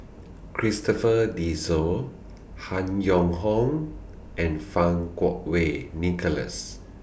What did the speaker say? Christopher De Souza Han Yong Hong and Fang Kuo Wei Nicholas